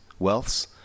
wealths